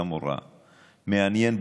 מעניין,